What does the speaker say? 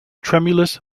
tremulous